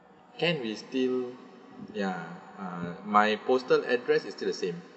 can we still ya uh my postal address is still the same